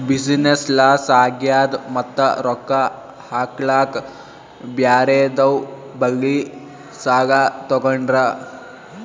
business loss ಆಗ್ಯಾದ್ ಮತ್ತ ರೊಕ್ಕಾ ಹಾಕ್ಲಾಕ್ ಬ್ಯಾರೆದವ್ ಬಲ್ಲಿ ಸಾಲಾ ತೊಗೊಂಡ್ರ